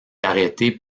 arrêté